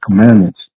commandments